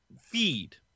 feed